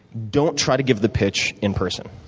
don't try to give the pitch in person.